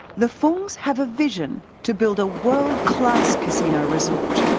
the fungs have a vision to build a world class casino resort.